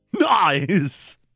Nice